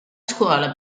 scuola